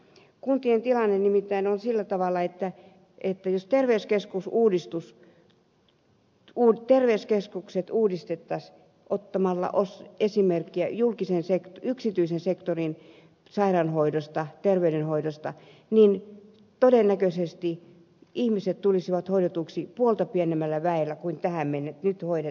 kuntien tilanne nimittäin on sellainen että jos terveyskeskukset uudistettaisiin ottamalla esimerkkiä yksityisen sektorin sairaanhoidosta terveydenhoidosta niin todennäköisesti ihmiset tulisivat hoidetuiksi puolta pienemmällä väellä kuin nyt